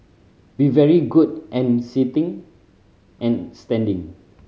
be very good and sitting and standing